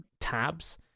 tabs